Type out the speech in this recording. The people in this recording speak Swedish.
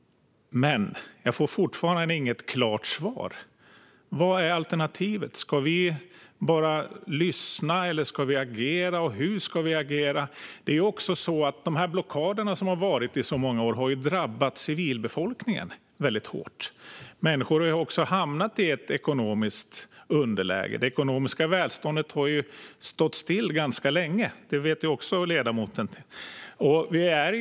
Men jag får fortfarande inget klart svar. Vad är alternativet? Ska vi bara lyssna? Eller ska vi agera, och hur ska vi agera? De blockader som har funnits i så många år har drabbat civilbefolkningen hårt. Människor har hamnat i ett ekonomiskt underläge. Det ekonomiska välståndet har stått still ganska länge, vilket ledamoten också vet.